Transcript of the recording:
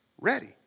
ready